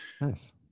Nice